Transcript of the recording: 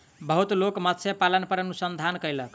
बहुत लोक मत्स्य पालन पर अनुसंधान कयलक